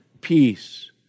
peace